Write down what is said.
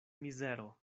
mizero